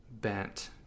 bent